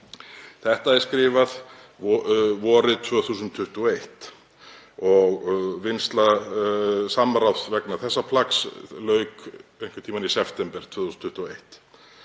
Þetta er skrifað vorið 2021. Samráði vegna þessa plaggs lauk einhvern tímann í september 2021.